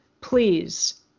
please